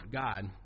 God